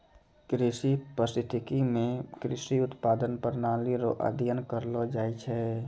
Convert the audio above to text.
कृषि परिस्थितिकी मे कृषि उत्पादन प्रणाली रो अध्ययन करलो जाय छै